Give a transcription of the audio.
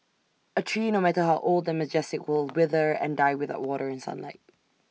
A tree no matter how old and majestic will wither and die without water and sunlight